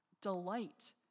delight